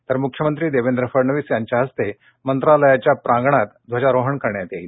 तर मुख्यमंत्र विवेंद्र फडणवसि यांच्या हस्ते मंत्रालयाच्या प्रांगणात ध्वजारोहण करण्यात येईल